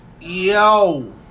Yo